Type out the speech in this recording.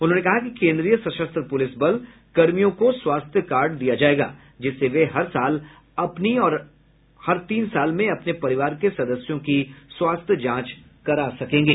उन्होंने कहा कि केन्द्रीय सशस्त्र पुलिस बल कर्मियों को स्वास्थ्य कार्ड दिया जायेगा जिससे वे हर साल अपनी और हर तीन साल में अपने परिवार के सदस्यों की स्वास्थ्य जांच कर सकेंगे